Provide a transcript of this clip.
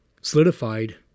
solidified